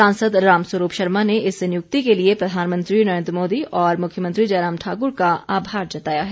सांसद रामस्वरूप शर्मा ने इस नियुक्ति के लिए प्रधानमंत्री नरेन्द्र मोदी और मुख्यमंत्री जयराम ठाकुर का आभार जताया है